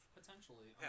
potentially